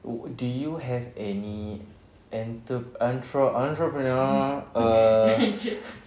oh do you have any enter entre~ entrepreneur err